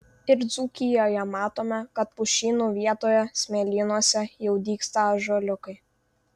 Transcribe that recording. ir dzūkijoje matome kad pušynų vietoje smėlynuose jau dygsta ąžuoliukai